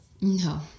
No